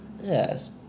Yes